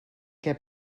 què